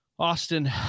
Austin